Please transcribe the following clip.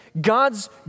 God's